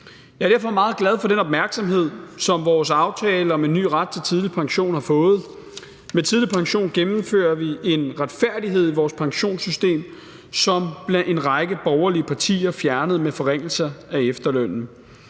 Jeg er derfor meget glad for den opmærksomhed, som vores aftale om en ny ret til tidlig pension har fået. Med tidlig pension gennemfører vi en retfærdighed i vores pensionssystem, som en række borgerlige partier fjernede med forringelser af efterlønnen.